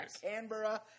Canberra